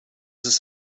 ist